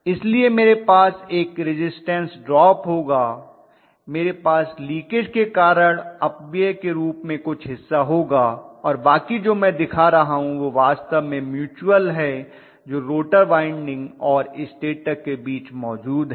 इसलिए मेरे पास एक रिज़िस्टन्स ड्रॉप होगा मेरे पास लीकेज के कारण अपव्यय के रूप में कुछ हिस्सा होगा और बाकी जो मैं दिखा रहा हूं वह वास्तव में म्यूचूअल है जो रोटर वाइंडिंग और स्टेटर के बीच मौजूद है